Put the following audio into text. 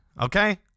Okay